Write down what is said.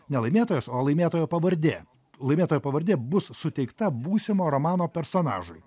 ne laimėtojas o laimėtojo pavardė laimėtojo pavardė bus suteikta būsimo romano personažui